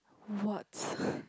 what